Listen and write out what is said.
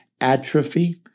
atrophy